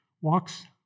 walks